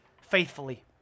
faithfully